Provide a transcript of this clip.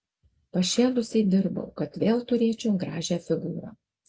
pašėlusiai dirbau kad vėl turėčiau gražią figūrą